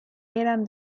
eran